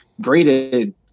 Graded